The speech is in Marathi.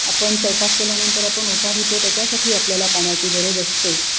आपण स्वैपाक केल्यानंतर आपण ओटा धुतो त्याच्यासाठी आपल्याला पाण्याची गरज असते